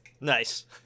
Nice